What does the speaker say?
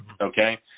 okay